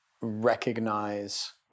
recognize